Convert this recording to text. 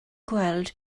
gweld